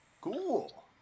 Cool